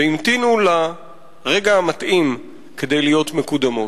והמתינו לרגע המתאים כדי להיות מקודמות.